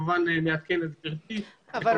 כמובן נעדכן את גברתי וכמובן את כל מי שהגיש תלונה.